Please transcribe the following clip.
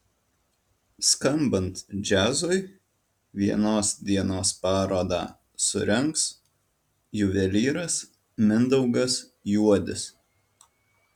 skambant džiazui vienos dienos parodą surengs juvelyras mindaugas juodis